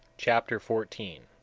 chapter fourteen